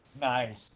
Nice